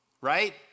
right